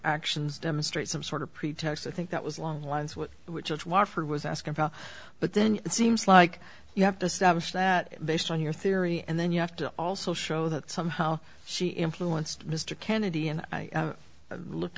actions demonstrate some sort of pretext i think that was long lines with which wofford was asking about but then it seems like you have to stablish that based on your theory and then you have to also show that somehow she influenced mr kennedy and i looked